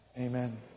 Amen